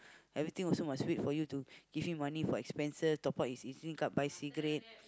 everything also must wait for you to give him money for expenses top up his E_Z-Link card buy cigarette